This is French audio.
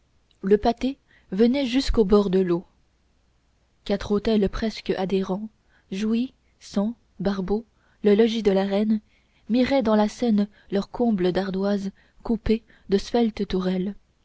le pâté venait jusqu'au bord de l'eau quatre hôtels presque adhérents jouy sens barbeau le logis de la reine miraient dans la seine leurs combles d'ardoise coupés de sveltes tourelles